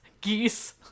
Geese